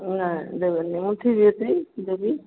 ନାଇଁ ଦେବେନି ମୁଁ ଥିବି ଯଦି ଦେବି